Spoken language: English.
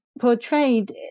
portrayed